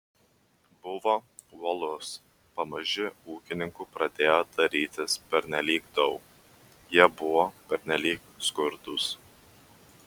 buvo uolus pamaži ūkininkų pradėjo darytis pernelyg daug jie buvo pernelyg skurdūs